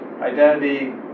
identity